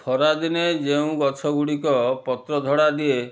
ଖରା ଦିନେ ଯେଉଁ ଗଛ ଗୁଡ଼ିକ ପତ୍ର ଝଡ଼ା ଦିଏ